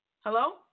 Hello